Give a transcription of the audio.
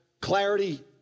clarity